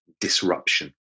disruption